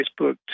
Facebook